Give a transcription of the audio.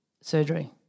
surgery